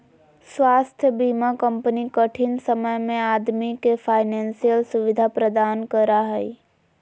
स्वास्थ्य बीमा कंपनी कठिन समय में आदमी के फाइनेंशियल सुविधा प्रदान करा हइ